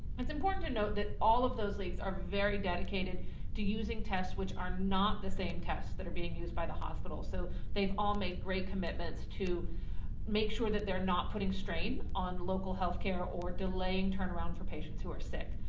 it's important to note that all of those leagues are very dedicated to using tests which are not the same tests that are being used by the hospital. so they've all made great commitments to make sure that they're not putting strain on local healthcare or delaying turnaround for patients who are sick.